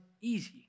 easy